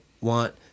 want